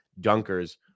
dunkers